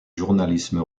journalisme